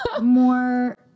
more